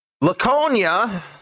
Laconia